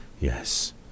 Yes